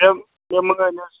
یِم